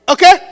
Okay